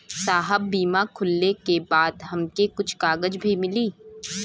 साहब बीमा खुलले के बाद हमके कुछ कागज भी मिली?